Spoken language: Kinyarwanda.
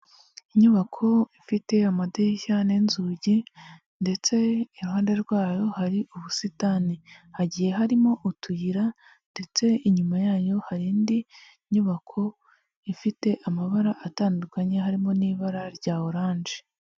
Inyubako ifite amadirishya n'inzugi ndetse iruhande rwayo hari ubusitani, hagiye harimo utuyira ndetse inyuma yayo hari indi nyubako ifite amabara atandukanye, harimo n'ibara rya oranje.